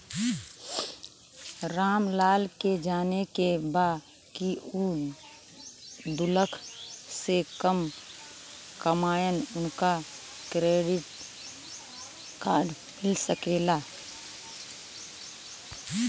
राम लाल के जाने के बा की ऊ दूलाख से कम कमायेन उनका के क्रेडिट कार्ड मिल सके ला?